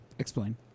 Explain